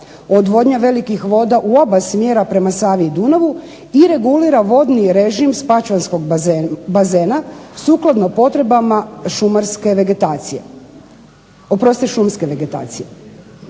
odvodnja velikih voda u oba smjera prema Savi i Dunavu i regulira vodni režim Spačvanskog bazena sukladno potrebama šumarske vegetacije. Oprostite šumske vegetacije.